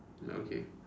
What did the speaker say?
okay